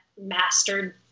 mastered